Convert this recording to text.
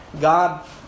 God